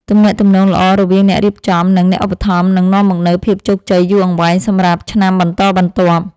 ទំនាក់ទំនងល្អរវាងអ្នករៀបចំ និង អ្នកឧបត្ថម្ភនឹងនាំមកនូវភាពជោគជ័យយូរអង្វែងសម្រាប់ឆ្នាំបន្តបន្ទាប់។